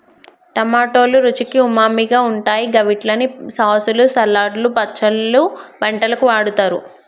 టమాటోలు రుచికి ఉమామిగా ఉంటాయి గవిట్లని సాసులు, సలాడ్లు, పచ్చళ్లు, వంటలకు వాడుతరు